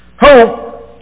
Hope